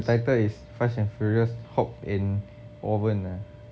the title is fast and furious hobbes and owen ah